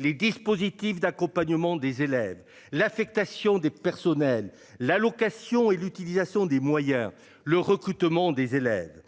les dispositifs d'accompagnement des élèves, l'affectation des personnels. La location et l'utilisation des moyens. Le recrutement des élèves